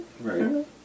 Right